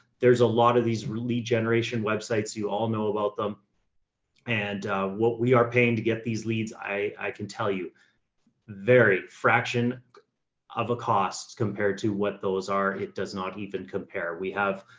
there's a lot of these really generation websites you all know about them and what we are paying to get these leads. i can tell you very fraction of a cost compared to what those are. it does not even compare. we have,